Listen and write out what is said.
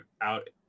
out